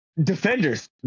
defenders